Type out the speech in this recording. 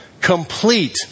Complete